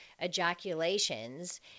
ejaculations